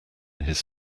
his